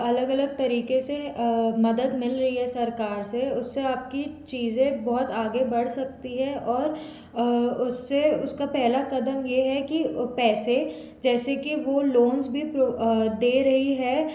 अलग अलग तरीक़े से मदद मिल रही है सरकार से उससे आप की चीज़े बहुत आगे बढ़ सकती है और उससे उसका पहला क़दम ये है कि पैसे जैसे कि वो लाेन्स भी दे रही है